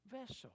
vessel